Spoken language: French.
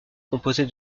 composée